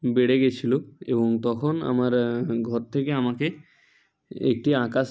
বেড়ে গিয়েছিল এবং তখন আমার ঘর থেকে আমাকে একটি আঁকার